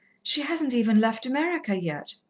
she hasn't even left america yet.